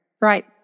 right